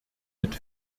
mit